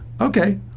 Okay